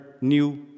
new